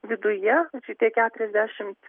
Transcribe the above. viduje visi tie keturiasdešimt